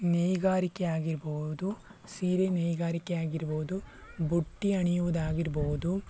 ನೇಕಾರಿಕೆ ಆಗಿರಬಹುದು ಸೀರೆ ನೇಕಾರಿಕೆ ಆಗಿರಬಹುದು ಬುಟ್ಟಿ ಹೆಣೆಯುವುದಾಗಿರಬಹುದು